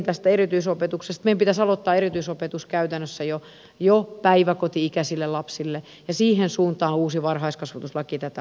meidän pitäisi aloittaa erityisopetus käytännössä jo päiväkoti ikäisille lapsille ja siihen suuntaan uusi varhaiskasvatuslaki tätä asiaa vie